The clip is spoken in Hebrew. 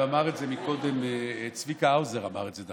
וקודם צביקה האוזר אמר את זה,